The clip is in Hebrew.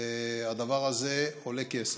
הדבר הזה עולה כסף.